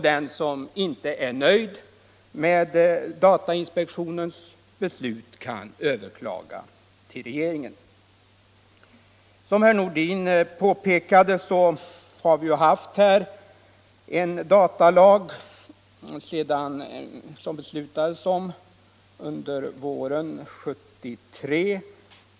Den som inte är nöjd med datainspektionens beslut kan överklaga till regeringen. Som herr Nordin påpekade fattades beslut om datalagen våren 1973.